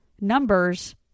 Numbers